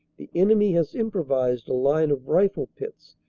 the enemy has improvised a line of rifle-pits,